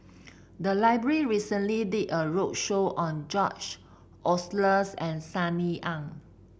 the library recently did a roadshow on George Oehlers and Sunny Ang